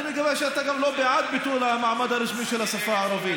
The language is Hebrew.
אני מקווה שאתה גם לא בעד ביטול המעמד הרשמי של השפה הערבית.